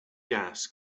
gas